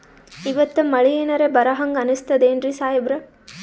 ಇವತ್ತ ಮಳಿ ಎನರೆ ಬರಹಂಗ ಅನಿಸ್ತದೆನ್ರಿ ಸಾಹೇಬರ?